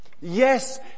Yes